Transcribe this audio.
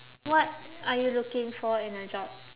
what are you looking for in a job